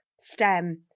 STEM